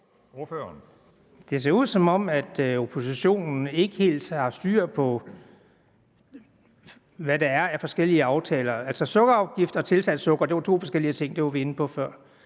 Det ser ud, som om oppositionen ikke helt har styr på, hvad der er af forskellige aftaler. Altså, sukkerafgift og tilsat sukker var to forskellige ting, og det var vi inde på før.